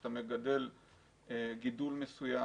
כשאתה מגדל גידול מסוים,